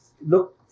look